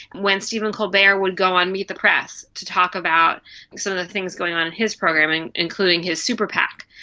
when stephen colbert would go on meet the press to talk about some the things going on in his program, and including his super pack,